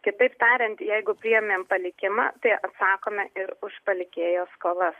kitaip tariant jeigu priėmėm palikimą tai atsakome ir už palikėjo skolas